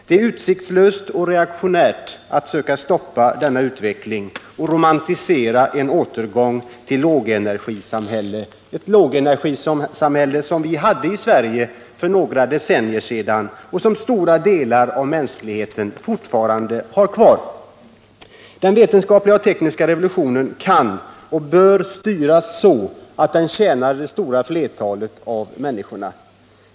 Det är utsiktslöst och reaktionärt att söka stoppa denna utveckling och romantisera om en återgång till det lågenergisamhälle vi hade i Sverige för bara några decennier sedan och som stora delar av mänskligheten fortfarande har. Den vetenskaplig-tekniska revolutionen kan och bör styras så att den tjänar det stora flertalet av människorna.